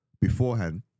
Beforehand